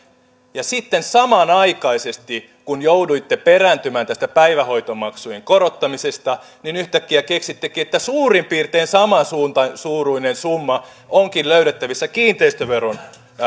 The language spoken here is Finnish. ja sitten samanaikaisesti kun jouduitte perääntymään tästä päivähoitomaksujen korottamisesta yhtäkkiä keksittekin että suurin piirtein samansuuruinen summa onkin löydettävissä kiinteistöveron